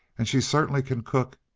and she certainly can cook!